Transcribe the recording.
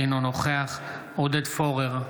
אינו נוכח עודד פורר,